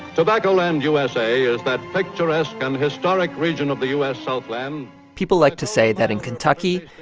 tobacco land, usa, is that picturesque and historic region of the u s. southland. people like to say that in kentucky,